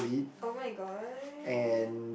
[oh]-my-god